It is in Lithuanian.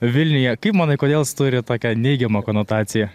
vilniuje kaip manai kodėl jis turi tokią neigiamą konotaciją